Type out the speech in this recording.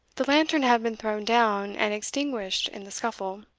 the lantern had been thrown down and extinguished in the scuffle.